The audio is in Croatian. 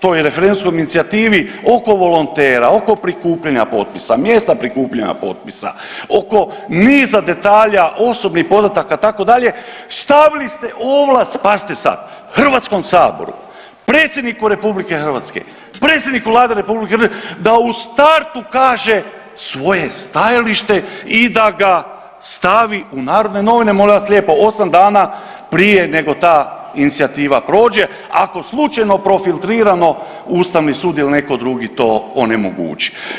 toj referendumskoj inicijativa oko volontera, oko prikupljanja potpisa, mjesta prikupljanja potpisa, oko niza detalja, osobnih podataka, itd., stavili ste ovlast, pazite sad, HS-u, predsjedniku RH, predsjedniku Vlade RH, da u startu kaže svoje stajalište i da ga stavi u Narodne novine, molim vas lijepo, 8 dana prije nego ta inicijativa prođe, ako slučajno profiltrirano Ustavni sud ili netko drugi to onemogući.